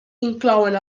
inclouen